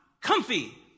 comfy